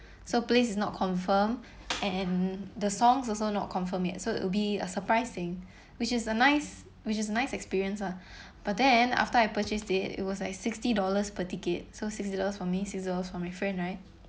so place is not confirmed and and the songs also not confirmed yet so be a surprise thing which is a nice which is nice experience lah but then and after I purchased it it was like sixty dollars per ticket so sixty dollars for me sixty dollars from my friend right